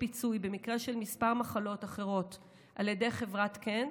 פיצוי במקרה של כמה מחלות אחרות על ידי חברת קנט,